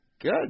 Good